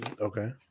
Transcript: Okay